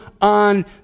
on